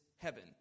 heaven